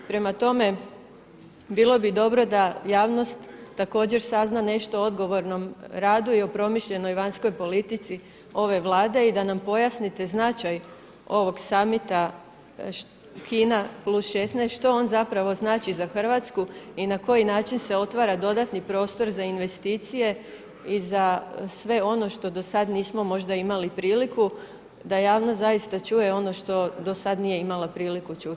Prema tome, bilo bi dobro da javnost također sazna nešto o odgovornom radu i o promišljenoj vanjskoj politici ove Vlade i da nam pojasnite značaj ovog samita Kina plus 16 što on zapravo znači za RH i na koji način se otvara dodatni prostor za investicije i za sve ono što do sad nismo možda imali priliku da javnost zaista čuje ono što do sad nije imala priliku čuti.